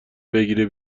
بگیره